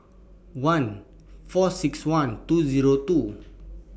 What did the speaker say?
one four six one two Zero two